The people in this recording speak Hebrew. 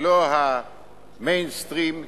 לא ה"מיינסטרים",